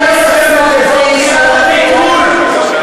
חבר הכנסת סמוטריץ, חבר הכנסת מיקי לוי, לסיים.